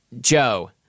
Joe